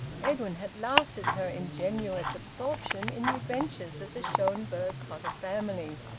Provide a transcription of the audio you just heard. edwin had laughed at her ingenuous absorption in the adventures of the schonberg-cotta family,